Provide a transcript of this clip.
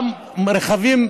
גם רכבים,